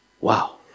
Wow